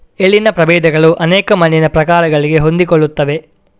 ಎಳ್ಳಿನ ಪ್ರಭೇದಗಳು ಅನೇಕ ಮಣ್ಣಿನ ಪ್ರಕಾರಗಳಿಗೆ ಹೊಂದಿಕೊಳ್ಳುತ್ತವೆ